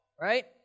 right